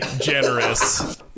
generous